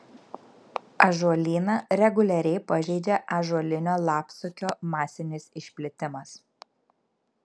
ąžuolyną reguliariai pažeidžia ąžuolinio lapsukio masinis išplitimas